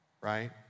right